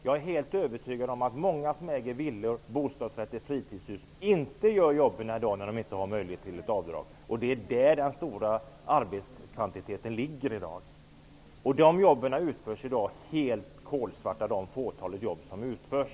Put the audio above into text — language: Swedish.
Jag är helt övertygad om att många som äger villor, bostadsrätter eller fritidshus inte gör jobbet i dag när de inte har möjlighet till ett avdrag. Där ligger i dag den stora arbetskvantiteten. Det fåtal jobb som utförs i dag utförs helt kolsvart.